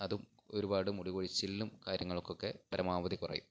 അതും ഒരുപാട് മുടികൊഴിച്ചിലിനും കാര്യങ്ങൾക്കുമൊക്കെ പരമാവധി കുറയും